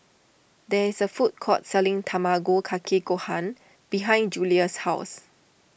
there is a food court selling Tamago Kake Gohan behind Julia's house